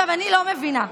אני לא מבינה.